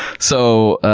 so,